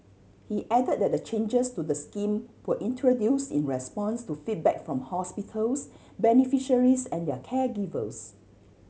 he add that the changes to the scheme were introduce in response to feedback from hospitals beneficiaries and their caregivers